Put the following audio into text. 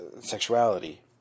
sexuality